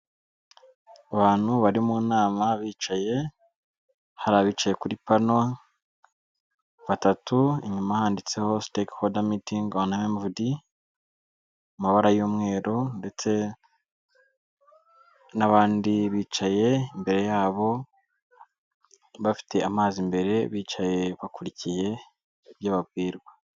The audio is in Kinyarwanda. Abantu bari mu nama bicaye, hari abicaye kuri pano batatu, inyuma handitseho Stakeholders Meeting on MVD, mu mabara y'umweru ndetse n'abandi bicaye imbere yabo bafite amazi imbere bicaye bakurikiye ibyo babwirwa.